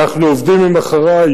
אנחנו עובדים עם "אחרי"